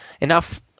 enough